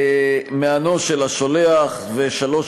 מענו של השולח, ו-3.